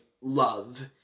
love